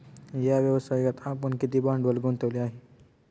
या व्यवसायात आपण किती भांडवल गुंतवले आहे?